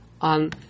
on